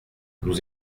nous